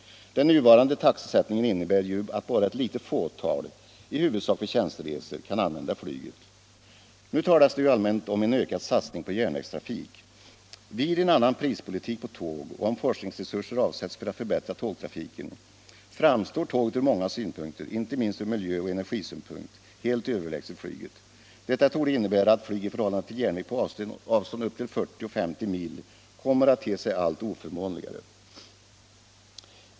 Den nuvarande taxesättningen innebär ju att bara ett litet fåtal — i huvudsak vid tjänsteresor - kan använda flyget. Nu talas det allmänt om en ökad satsning på järnvägstrafik. Vid en annan prispolitik på tåg och om forskningsresurser avsätts för att förbättra tågtrafiken, framstår tåget ur många synpunkter — inte minst ur miljö och energisynpunkt — helt överlägset flyget. Detta torde innebära att flyg i förhållande till järnväg på avstånd upp till 40-50 mil kommer att te sig allt oförmånligare.